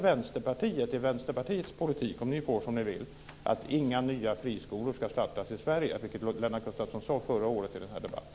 Lennart Gustavsson sade förra året i den här debatten?